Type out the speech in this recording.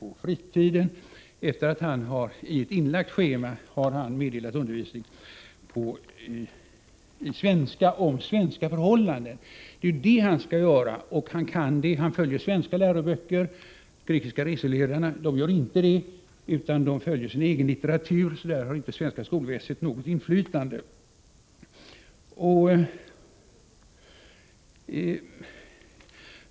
På schemalagd tid meddelade denne grekiska invandrare tidigare undervisning i svenska. Han talade då också om förhållandena i Sverige. Det är ju det som han skall göra. Han följer svenska läroböcker. De grekiska reselärarna gör inte det, utan de följer sin egen litteratur, så där har inte svenskt skolväsende något inflytande.